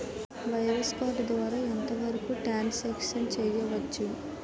Wireless card ద్వారా ఎంత వరకు ట్రాన్ సాంక్షన్ చేయవచ్చు?